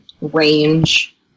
range